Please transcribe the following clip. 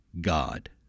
God